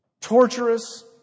torturous